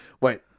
wait